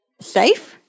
Safe